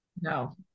no